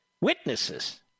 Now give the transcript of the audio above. witnesses